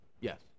Yes